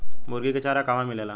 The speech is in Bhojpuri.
मुर्गी के चारा कहवा मिलेला?